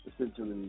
essentially